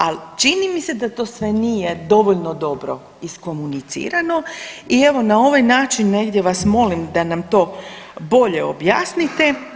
Ali čini mi se da to sve nije dovoljno dobro iskomunicirano i evo na ovaj način negdje vas molim da nam to bolje objasnite.